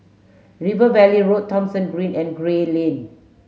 River Valley Road Thomson Green and Gray Lane